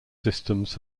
systems